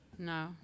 No